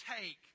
take